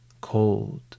cold